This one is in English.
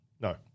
no